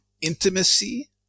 intimacy